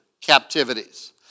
captivities